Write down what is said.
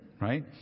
right